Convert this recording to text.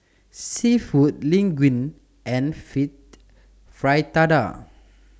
Seafood Linguine and fit Fritada